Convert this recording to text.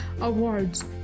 awards